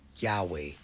Yahweh